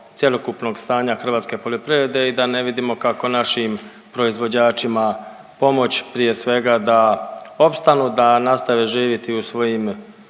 cjelokupnog stanja hrvatske poljoprivrede i da ne vidimo kako našim proizvođačima pomoći prije svega da opstanu, da nastave živjeti u svojim,